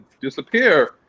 disappear